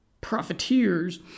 profiteers